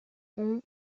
sont